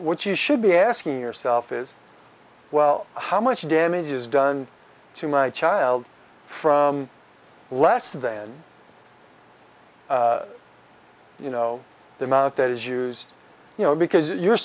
what you should be asking yourself is well how much damage is done to my child from less than you know the amount that is used you know because you're